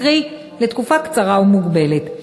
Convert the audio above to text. קרי לתקופה קצרה ומוגבלת,